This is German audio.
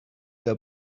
die